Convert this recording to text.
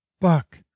Buck